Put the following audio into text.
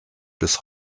bis